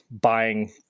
buying